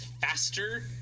faster